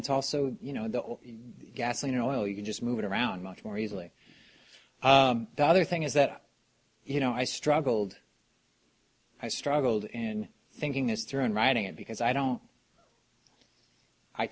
it's also you know the gasoline and oil you can just move it around much more easily the other thing is that you know i struggled i struggled in thinking this through and writing it because i don't i